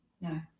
no